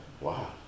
wow